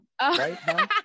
Right